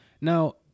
Now